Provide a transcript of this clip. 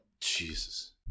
Jesus